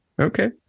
Okay